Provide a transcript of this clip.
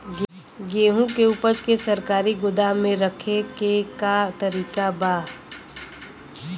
गेहूँ के ऊपज के सरकारी गोदाम मे रखे के का तरीका बा?